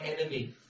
enemy